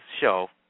show